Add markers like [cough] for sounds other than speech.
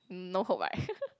no hope right [laughs]